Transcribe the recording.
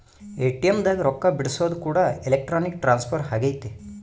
ATM ದಾಗ ರೊಕ್ಕ ಬಿಡ್ಸೊದು ಕೂಡ ಎಲೆಕ್ಟ್ರಾನಿಕ್ ಟ್ರಾನ್ಸ್ಫರ್ ಅಗೈತೆ